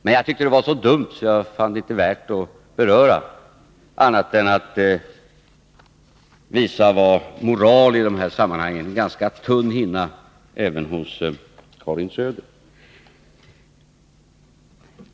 Men jag tyckte det var så dumt att jag inte fann det värt att beröra annat än för att visa att moral i de här sammanhangen är en ganska tunn hinna, även hos Karin Söder.